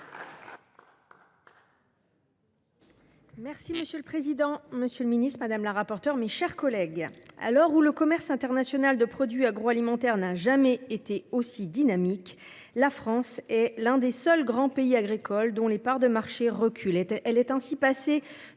Merci monsieur le président, Monsieur le Ministre Madame la rapporteure, mes chers collègues. Alors où le commerce international de produits agroalimentaires n'a jamais été aussi dynamiques. La France est l'un des seuls grands pays agricoles, dont les parts de marché recule était elle est ainsi passée